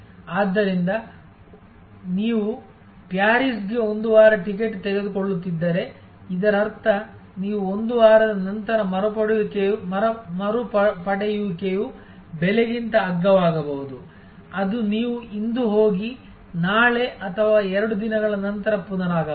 ಆದ್ದರಿಂದ ನೀವು ಪ್ಯಾರಿಸ್ಗೆ ಒಂದು ವಾರ ಟಿಕೆಟ್ ತೆಗೆದುಕೊಳ್ಳುತ್ತಿದ್ದರೆ ಇದರರ್ಥ ನೀವು 1 ವಾರದ ನಂತರ ಮರುಪಡೆಯುವಿಕೆಯು ಬೆಲೆಗಿಂತ ಅಗ್ಗವಾಗಬಹುದು ಅದು ನೀವು ಇಂದು ಹೋಗಿ ನಾಳೆ ಅಥವಾ 2 ದಿನಗಳ ನಂತರ ಪುನರಾಗಮನ